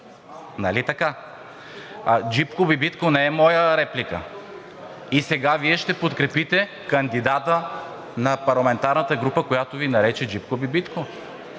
Нали така? Джипко-бибитко не е моя реплика. Сега Вие ще подкрепите кандидата на парламентарната група, която Ви нарече Джипко-бибитко.